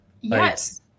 Yes